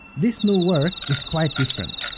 this new work is quite different.